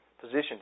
positioned